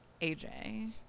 AJ